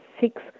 six